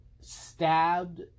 stabbed